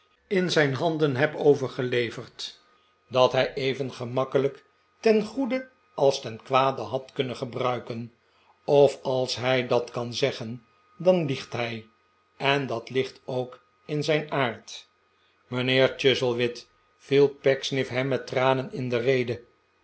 in zijn handen heb overgeleverd dat hij even gemakkelijk ten goede als ten kwade had kunnen gebruiken of als hij dat kan zeggen dan liegt hij en dat iigt ook in zijn aard mijnheer chuzzlewit viel pecksniff hem met tranen in de rede